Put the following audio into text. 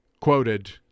quoted